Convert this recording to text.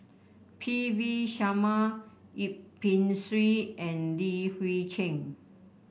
P V Sharma Yip Pin Xiu and Li Hui Cheng